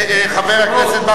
בל"ד לסעיף 18,